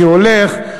שהולך,